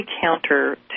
counter